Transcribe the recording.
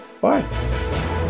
bye